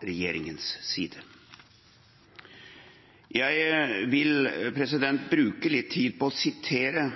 regjeringens side. Jeg vil bruke litt tid på å sitere